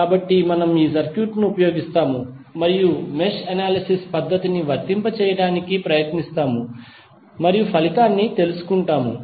కాబట్టి మనము ఈ సర్క్యూట్ ను ఉపయోగిస్తాము మరియు మెష్ అనాలిసిస్ పద్ధతిని వర్తింపజేయడానికి ప్రయత్నిస్తాము మరియు ఫలితాన్ని తెలుసుకుంటాము